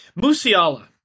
Musiala